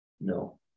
no